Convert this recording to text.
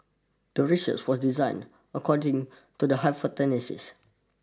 the research was designed according to the hypothesis